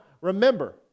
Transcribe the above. remember